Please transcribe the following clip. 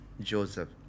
Joseph